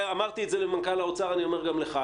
אמרתי את זה למנכ"ל האוצר, אני אומר גם לך.